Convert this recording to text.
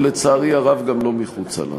ולצערי הרב גם לא מחוצה לנו.